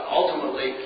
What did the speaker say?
ultimately